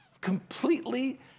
completely